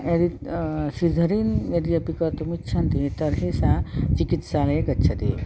यदि ताः सिज़रीन् यदि अपि कर्तुम् इच्छन्ति तर्हि सा चिकित्सालये गच्छति